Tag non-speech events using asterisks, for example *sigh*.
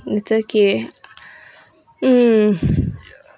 it's okay *breath* um